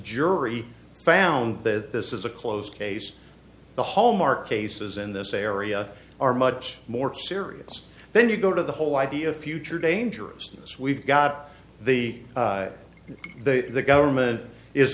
jury found that this is a closed case the hallmark cases in this area are much more serious then you go to the whole idea of future dangerousness we've got the the the government is